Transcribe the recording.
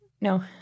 no